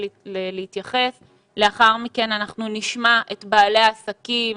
לאחר מכן נשמע את בעלי העסקים,